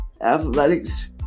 athletics